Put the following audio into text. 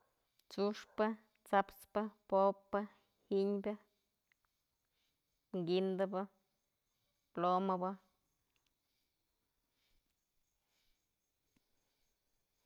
Tsu'uxpë, tsa'aspë, pop'pë, gynbë, guindëbë, plomëbë.